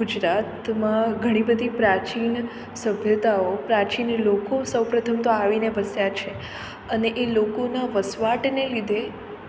ગુજરાતમાં ઘણી બધી પ્રાચીન સભ્યતાઓ પ્રાચીન લોકો સૌપ્રથમ તો આવીને વસ્યા છે અને એ લોકોના વસવાટને લીધે